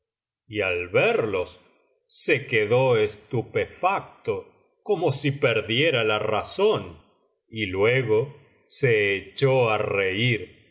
y al verlos se quedó estupefacto como si perdiera la razón y luego se echó á reír